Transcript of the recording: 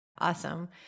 Awesome